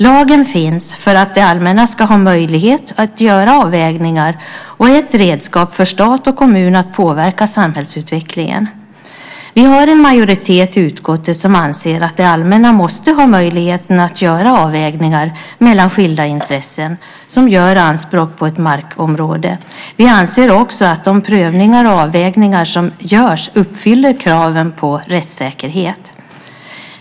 Lagen finns för att det allmänna ska ha möjlighet att göra avvägningar och är ett redskap för stat och kommun att påverka samhällsutvecklingen. Vi har en majoritet i utskottet som anser att det allmänna måste ha möjligheter att göra avvägningar mellan skilda intressen som gör anspråk på ett markområde. Vi anser också att de prövningar och avvägningar som görs uppfyller kraven på rättssäkerhet.